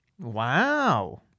Wow